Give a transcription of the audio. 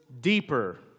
deeper